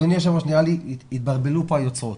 אדוני היושב ראש, נראה לי שהתבלבלו כאן היוצרות.